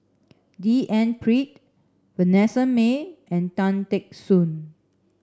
D N Pritt Vanessa Mae and Tan Teck Soon